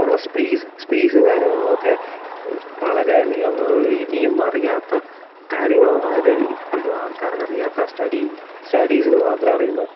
ഉള്ള സ്പേസ് സ്പേസും കാര്യങ്ങളിലൊക്കെ വളരെ അധികം ഇനിയും അറിയാത്ത കാര്യങ്ങളുണ്ട് അതായത് ഇപ്പോഴും ആൾക്കാർക്ക് അറിയാത്ത സ്റ്റഡീ സ്റ്റഡീസിന് മാത്രം അറിയുന്ന